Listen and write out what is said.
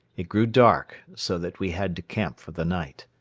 it grew dark so that we had to camp for the night.